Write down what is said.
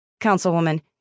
Councilwoman